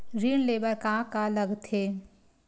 ऋण ले बर का का लगथे?